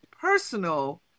personal